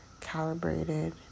calibrated